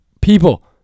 People